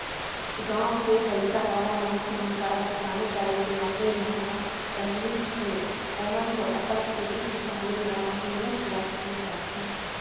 गाँव के पइसावाला मनखे मन करा किसानी करे के मसीन मन ह रहिथेए ओमन तो अपन खेती किसानी ल मशीनेच ले करथे